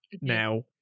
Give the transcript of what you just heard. now